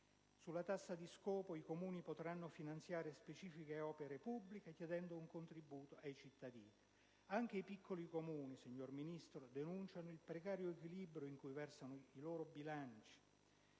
alla tassa di scopo, i Comuni potranno finanziare specifiche opere pubbliche richiedendo un contributo ai cittadini. Anche i piccoli Comuni, signor Ministro, denunciano il precario equilibrio in cui versano i loro bilanci,